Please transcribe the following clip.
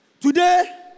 Today